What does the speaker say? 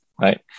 right